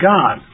God